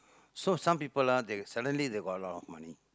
so some people ah they suddenly they got a lot of money